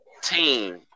team